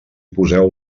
poseu